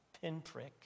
pinprick